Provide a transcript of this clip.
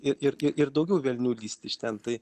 ir ir ir ir daugiau velnių lįst iš ten tai